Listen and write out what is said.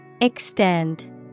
Extend